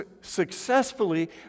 successfully